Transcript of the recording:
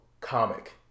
comic